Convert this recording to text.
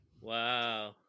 Wow